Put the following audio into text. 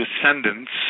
descendants